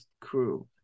crew